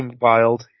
Wild